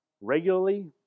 regularly